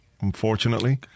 unfortunately